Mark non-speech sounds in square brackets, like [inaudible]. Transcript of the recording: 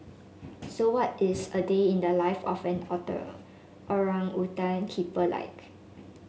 so what is a day in the life of an [unintelligible] keeper like